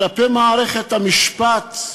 כלפי מערכת המשפט.